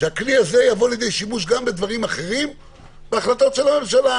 שהכלי הזה יבוא לידי שימוש גם בדברים אחרים בהחלטות של הממשלה.